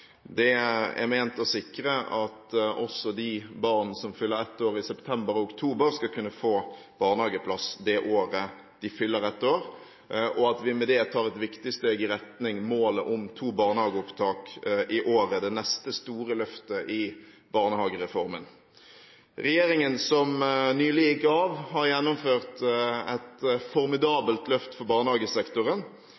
Det er ment å sikre at også de barn som fyller 1 år i september og oktober, skal kunne få barnehageplass det året de fyller 1 år, og at vi med det tar et viktig steg i retning målet om to barnehageopptak i året – det neste store løftet i barnehagereformen. Regjeringen som nylig gikk av, har gjennomført et